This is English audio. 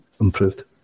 improved